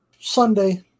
Sunday